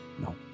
no